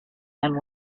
and